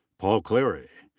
paul cleary.